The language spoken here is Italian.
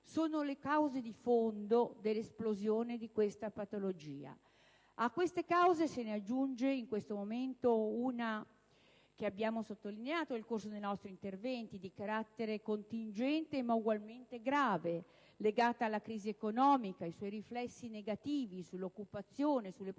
sono le cause di fondo dell'esplosione di questa patologia. A queste cause se ne aggiunge in questo momento un'altra che abbiamo sottolineato nel corso dei nostri interventi: si tratta di una causa di carattere contingente, ma ugualmente grave, legata alla crisi economica, ai suoi riflessi negativi sull'occupazione e sulle prospettive